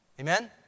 Amen